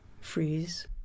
freeze